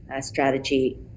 strategy